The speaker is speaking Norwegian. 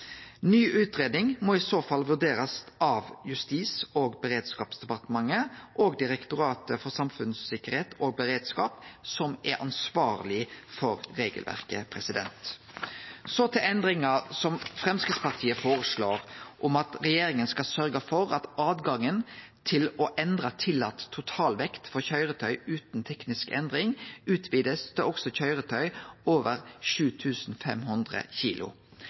Ny utgreiing må i så fall vurderast av Justis- og beredskapsdepartementet og Direktoratet for samfunnstryggleik og beredskap, som er ansvarleg for regelverket. Så til endringa som Framstegspartiet føreslår om at regjeringa skal sørgje for at høvet til å endre tillate totalvekt for køyretøy utan teknisk endring skal utvidast til også køyretøy over 7 500 kg.